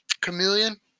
Chameleon